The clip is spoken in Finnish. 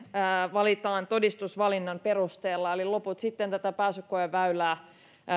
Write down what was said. valitaan todistusvalinnan perusteella eli loput sitten tätä pääsykoeväylää